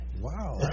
Wow